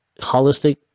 holistic